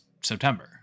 September